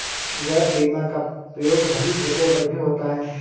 gap बीमा का प्रयोग भरी ट्रकों पर भी होता है